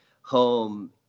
home